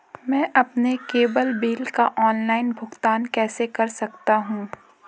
मैं अपने cable bill का ऑनलाइन भुगतान कैसे कर सकता हूं?